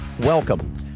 welcome